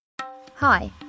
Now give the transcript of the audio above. Hi